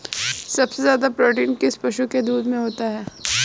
सबसे ज्यादा प्रोटीन किस पशु के दूध में होता है?